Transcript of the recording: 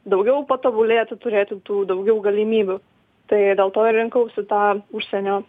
daugiau patobulėti turėti tų daugiau galimybių tai dėl to ir rinkausi tą užsienio